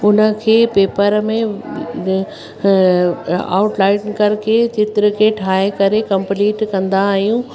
हुनखे पेपर में आउटलाइन करके चित्र खे ठाहे करे कम्प्लीट कंदा आहियूं